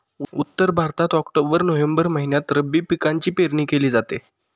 उत्तर भारतात October November दरम्यान रब्बी पिकांची पेरणी केली जाते